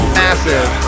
massive